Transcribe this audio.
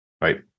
right